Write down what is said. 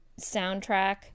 soundtrack